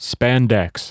Spandex